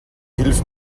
hilf